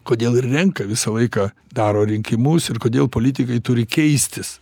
kodėl renka visą laiką daro rinkimus ir kodėl politikai turi keistis